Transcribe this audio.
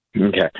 Okay